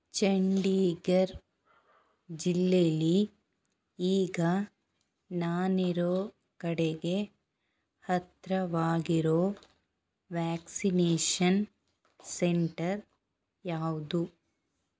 ಚಂಡೀಘರ್ ಜಿಲ್ಲೇಲಿ ಈಗ ನಾನಿರೋ ಕಡೆಗೆ ಹತ್ತಿರವಾಗಿರೋ ವ್ಯಾಕ್ಸಿನೇಷನ್ ಸೆಂಟರ್ ಯಾವುದು